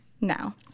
Now